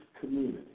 community